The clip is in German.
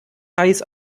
hais